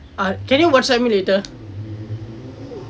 err can you Whatsapp me later